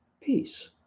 peace